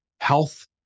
health